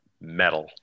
metal